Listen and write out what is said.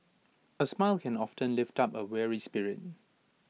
A smile can often lift up A weary spirit